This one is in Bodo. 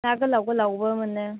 ना गोलाव गोलावबो मोनो